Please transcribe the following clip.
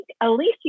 Alicia